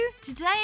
today